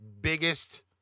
biggest